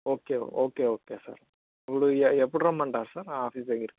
okay okay okay sir ఇప్పుడు ఎప్పుడు రమ్మంటారు సార్ ఆఫీస్ దగ్గరకి